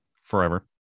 forever